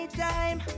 time